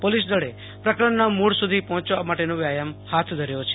પોલીસદળે પ્રકરણના મૂળ સુધી પહોંચવા માટેનો વ્યાયામ હાથ ધર્યો છે